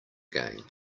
again